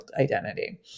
identity